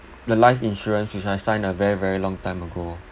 the life insurance which I sign a very very long time ago